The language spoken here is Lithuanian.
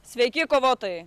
sveiki kovotojai